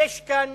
יש כאן